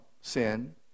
sin